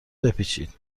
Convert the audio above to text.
بپیچید